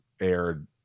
aired